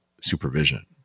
supervision